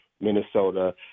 Minnesota